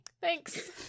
Thanks